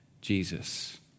Jesus